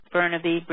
Burnaby